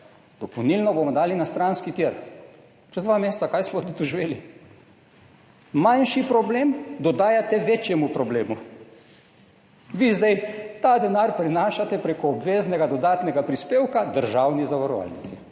Dopolnilno bomo dali na stranski tir.« Čez dva meseca – kaj smo doživeli? Manjši problem dodajate večjemu problemu. Vi zdaj ta denar prenašate prek obveznega dodatnega prispevka državni zavarovalnici,